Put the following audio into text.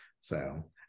So-